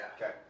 Okay